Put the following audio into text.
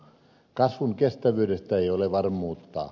kasvun kestävyydestä ei ole varmuutta